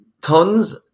tons